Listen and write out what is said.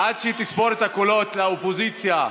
עד שהיא תספור את הקולות, לאופוזיציה,